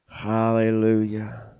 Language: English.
Hallelujah